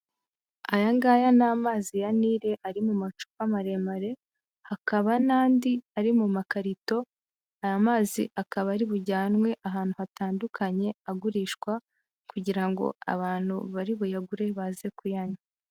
Aya ngaya ni amazi ya Nile ari mu macupa maremare, hakaba n'andi ari mu makarito, aya mazi akaba ari bujyanwe ahantu hatandukanye, agurishwa kugira ngo abantu bari buyagure baze kuyanywa.